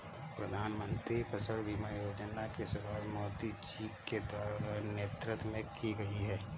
प्रधानमंत्री फसल बीमा योजना की शुरुआत मोदी जी के नेतृत्व में की गई है